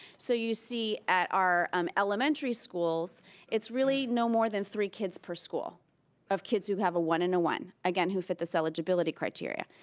so you see at our um elementary schools it's really no more than three kids per school of kids who have a one and a one, again, who fit this eligibility criteria.